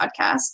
podcast